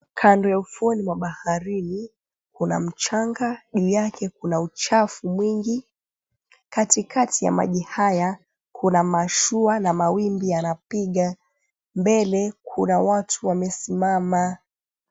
Kando ya ufuoni mwa baharini kuna mchanga, juu yake kuna uchafu mwingi, katikati ya maji haya kuna mashua na mawimbi yanapiga, mbele kuna watu wamesimama.